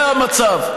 זה המצב.